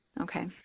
Okay